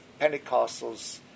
Pentecostals